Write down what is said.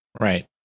Right